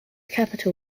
capital